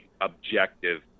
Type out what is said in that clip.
objective